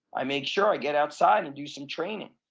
i make sure i get outside and do some training.